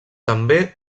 també